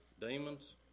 demons